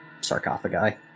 sarcophagi